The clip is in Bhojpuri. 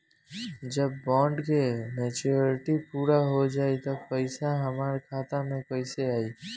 जब बॉन्ड के मेचूरिटि पूरा हो जायी त पईसा हमरा खाता मे कैसे आई?